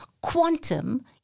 quantum